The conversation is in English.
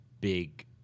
big